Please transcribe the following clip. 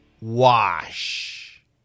wash